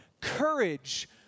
courage